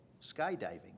skydiving